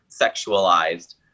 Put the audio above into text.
sexualized